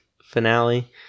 finale